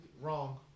Wrong